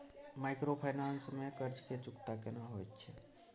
Microfinance में कर्ज के चुकता केना होयत छै?